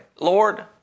Lord